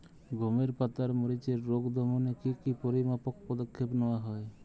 গমের পাতার মরিচের রোগ দমনে কি কি পরিমাপক পদক্ষেপ নেওয়া হয়?